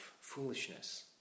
foolishness